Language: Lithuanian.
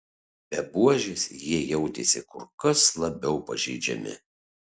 be buožės jie jautėsi kur kas labiau pažeidžiami